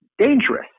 Dangerous